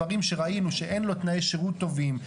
את הסלידה שלו מהמתיישבים ביהודה ושומרון,